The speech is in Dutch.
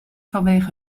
vanwege